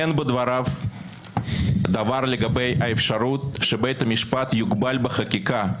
אין בדבריו דבר לגבי האפשרות שבית המשפט יוגבל בחקיקה,